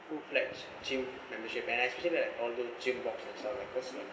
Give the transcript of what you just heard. full pledged gym membership and especially all those gym box and stuff like cause it's